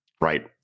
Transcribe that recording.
Right